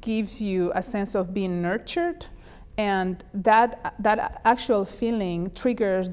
gives you a sense of being nurtured and that that actual feeling triggers